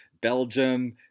Belgium